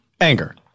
Anger